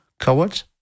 Cowards